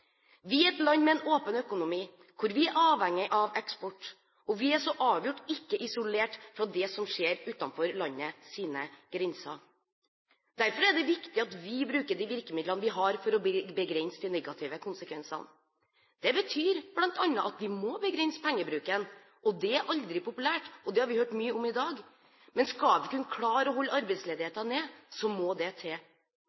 Vi er et land med en åpen økonomi, hvor vi er avhengig av eksport, og vi er så avgjort ikke isolert fra det som skjer utenfor landets grenser. Derfor er det viktig at vi bruker de virkemidlene vi har, for å begrense de negative konsekvensene. Det betyr bl.a. at vi må begrense pengebruken, og det er aldri populært. Det har vi hørt mye om i dag. Men skal vi kunne klare å holde